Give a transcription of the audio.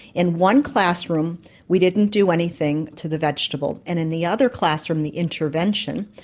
in one classroom we didn't do anything to the vegetable, and in the other classroom, the intervention,